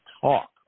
talk